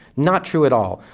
not true at all,